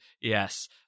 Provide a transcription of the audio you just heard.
Yes